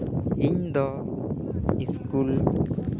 ᱤᱧ ᱫᱚ ᱥᱠᱩᱞ